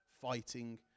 fighting